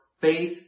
faith